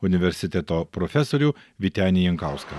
universiteto profesorių vytenį jankauską